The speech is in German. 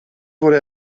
wurde